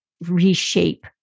reshape